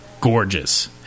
gorgeous